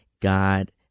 God